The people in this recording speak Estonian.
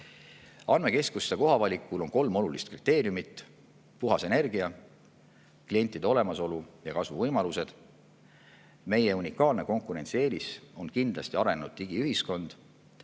Andmekeskuste koha valikul on kolm olulist kriteeriumit: puhas energia, klientide olemasolu ja kasvuvõimalused. Meie unikaalne konkurentsieelis on kindlasti arenenud digiühiskond.